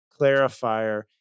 clarifier